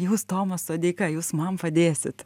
jūs tomas sodeika jūs man padėsit